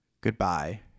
goodbye